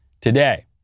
today